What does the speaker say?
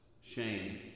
Shame